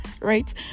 right